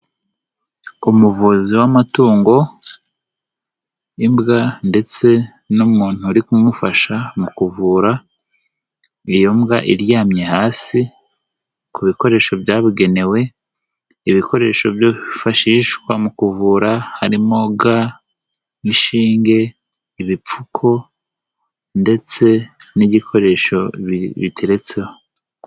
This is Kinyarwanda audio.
Umuvuzi w'amatungo, imbwa ndetse n'umuntu uri kumufasha mu kuvura iyo mbwa iryamye hasi ku bikoresho byabugenewe, ibikoresho byifashishwa mu kuvura harimo ga, inshinge, ibipfuko ndetse n'igikoresho biteretseho.